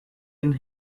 and